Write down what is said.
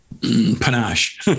panache